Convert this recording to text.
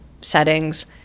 settings